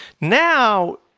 Now